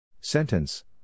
Sentence